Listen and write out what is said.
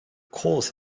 course